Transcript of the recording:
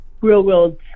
real-world